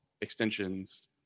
extensions